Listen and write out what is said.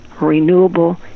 renewable